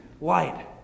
light